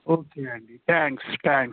okay అండి thanks thanks